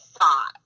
five